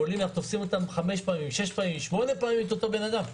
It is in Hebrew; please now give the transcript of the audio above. אנחנו תופסים חמש-שש-שמונה פעמים את אותו אדם,